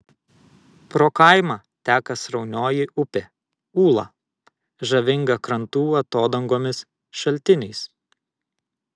pro kaimą teka sraunioji upė ūla žavinga krantų atodangomis šaltiniais